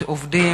300 עובדים,